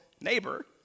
neighbor